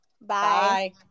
Bye